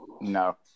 No